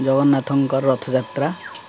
ଜଗନ୍ନାଥଙ୍କର ରଥଯାତ୍ରା